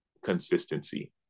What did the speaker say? consistency